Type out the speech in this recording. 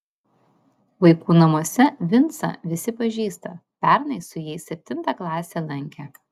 vaikų namuose vincą visi pažįsta pernai su jais septintą klasę lankė